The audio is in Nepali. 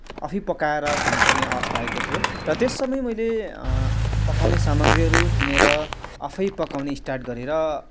आफै पकाएर खानुपर्ने अवस्था आएको थियो र त्यस समय मैले पकाउने सामग्रीहरू किनेर आफै पकाउने स्टार्ट गरेर